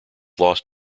lost